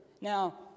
Now